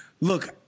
look